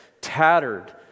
tattered